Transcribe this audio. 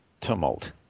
tumult